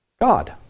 God